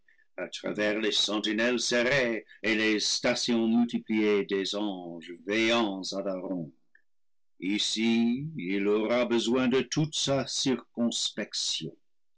à tra vers les sentinelles serrées et les stations multipliées des anges veillants à la ronde ici il aura besoin de toute sa